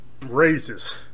raises